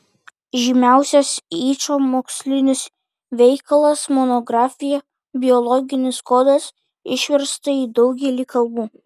žymiausias yčo mokslinis veikalas monografija biologinis kodas išversta į daugelį kalbų